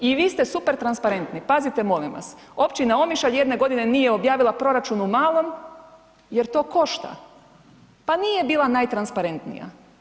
I vi ste super transparentni, pazite molim vas, općina Omišalj jedne godine nije objavila proračun u malom jer to košta, pa nije bila najtransparentnija.